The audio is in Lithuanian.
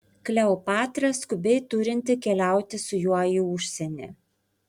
kleopatra skubiai turinti keliauti su juo į užsienį